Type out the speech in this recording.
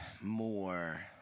more